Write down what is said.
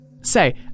Say